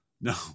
No